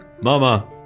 mama